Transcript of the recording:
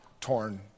torn